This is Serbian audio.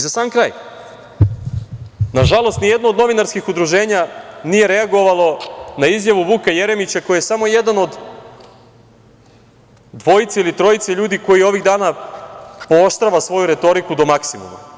Za sam kraj, nažalost, nijedno od novinarskih udruženja nije reagovalo na izjavu Vuka Jeremića, koji je samo jedan od dvojice ili trojice ljudi koji ovih dana pooštrava svoju retoriku do maksimuma.